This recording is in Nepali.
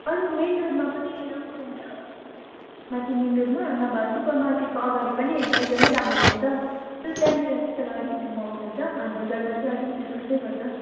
अरू मेन रोडमा पनि राम्रो पाउँछ माथि मेन रोडमा नभए सुपर मार्केटको अगाडि पनि एकदमै राम्रो पाउँछ त्यहाँनिर चाहिँ तर अलिकति महँगो हुन्छ हाटबजारमा चाहिँ अलिकति सस्तै गर्छ